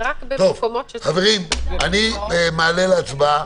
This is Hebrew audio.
חברים, אני מעלה להצבעה.